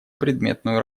предметную